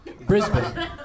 Brisbane